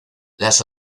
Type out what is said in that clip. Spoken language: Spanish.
las